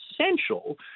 essential